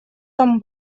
там